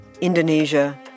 Indonesia